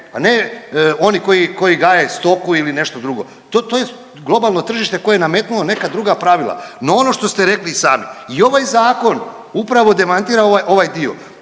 a ne oni koji gaje stoku ili nešto drugo. To je globalno tržište koje je nametnulo neka druga pravila. No, ono što ste rekli i sami i ovaj zakon upravo demantira ovaj dio.